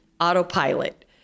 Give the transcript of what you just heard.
autopilot